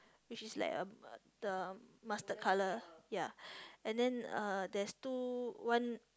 which is like uh the master colour ya and then uh there is two one